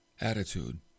attitude